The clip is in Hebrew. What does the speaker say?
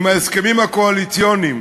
עם ההסכמים הקואליציוניים